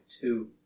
two